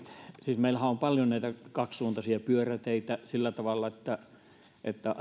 siis meillähän on paljon kaksisuuntaisia pyöräteitä sillä tavalla että että